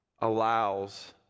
allows